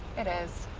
it is.